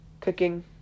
cooking